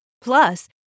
Plus